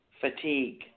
fatigue